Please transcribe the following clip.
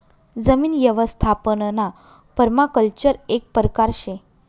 जमीन यवस्थापनना पर्माकल्चर एक परकार शे